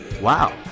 Wow